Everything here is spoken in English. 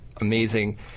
amazing